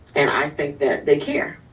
and i think that they care